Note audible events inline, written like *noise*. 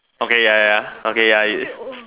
okay ya ya ya okay ya it is *noise*